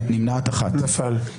נפל.